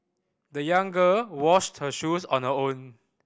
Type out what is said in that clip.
the young girl washed her shoes on her own